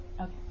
Okay